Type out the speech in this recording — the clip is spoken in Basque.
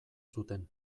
zuten